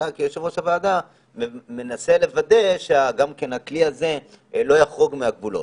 ואתה כיושב-ראש הוועדה מנסה לוודא שגם כן הכלי הזה לא יחרוג מהגבולות.